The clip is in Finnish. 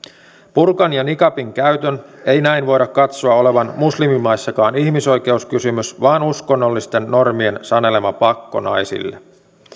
burkan ja niqabin käytön ei näin voida katsoa olevan muslimimaissakaan ihmisoikeuskysymys vaan uskonnollisten normien sanelema pakko naisille